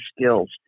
skills